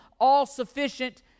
all-sufficient